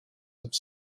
have